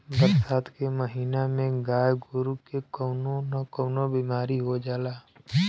बरसात के महिना में गाय गोरु के कउनो न कउनो बिमारी हो जाला